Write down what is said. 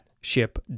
ship